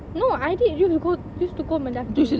no I did really go used to go Mendaki